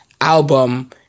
album